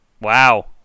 Wow